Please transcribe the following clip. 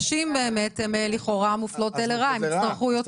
נשים באמת הן לכאורה מופלות לרעה, הן יצטרכו יותר.